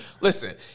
listen